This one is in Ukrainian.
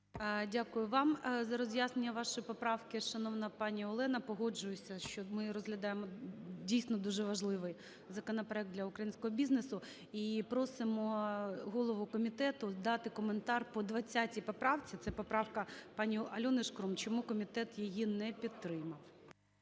Дякую вам за роз'яснення вашої поправки, шановна пані Олена. Погоджуюся, що ми розглядаємо, дійсно, дуже важливий законопроект для українського бізнесу. І просимо голову комітету дати коментар по 20 поправці, це поправка пані Альони Шкрум, чому комітет її не підтримав.